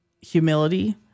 humility